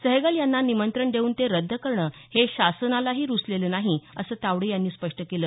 सहगल यांना निमंत्रण देऊन ते रद्द करणं हे शासनालाही रुचलेलं नाही असं तावडे यांनी स्पष्ट केलं